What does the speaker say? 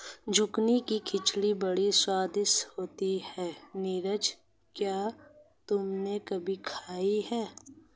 Zucchini की खिचड़ी बड़ी स्वादिष्ट होती है नीरज क्या तुमने कभी खाई है?